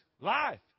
Life